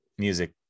music